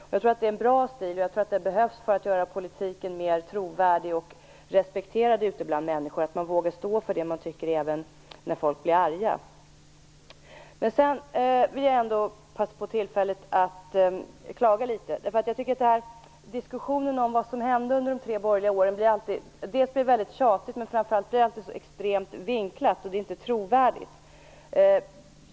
Jag tror att det är en bra stil, och den behövs för att göra politiken mera trovärdig och respekterad ute bland människor, att man vågar stå för det man tycker även när folk blir arga. Jag vill passa på tillfället att klaga litet. Jag tycker att diskussionen om vad som hände under de tre borgerliga åren blir väldigt tjatig och dessutom så extremt vinklad att det inte är trovärdigt.